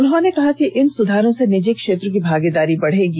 उन्होंने कहा कि इन सुधारों से निजी क्षेत्र की भागीदारी भी बढेगी